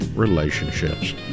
relationships